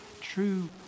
true